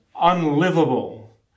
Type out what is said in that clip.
unlivable